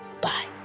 Bye